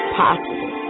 possible